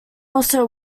also